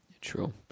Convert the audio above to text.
True